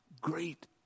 great